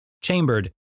Chambered